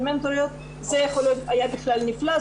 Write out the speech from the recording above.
זה יכול להיות נפלא,